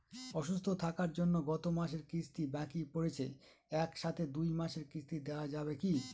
অসুস্থ থাকার জন্য গত মাসের কিস্তি বাকি পরেছে এক সাথে দুই মাসের কিস্তি দেওয়া যাবে কি?